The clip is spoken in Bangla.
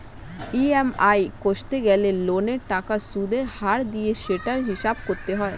ই.এম.আই কষতে গেলে লোনের টাকার সুদের হার দিয়ে সেটার হিসাব করতে হয়